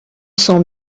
sent